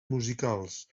musicals